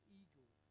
eagle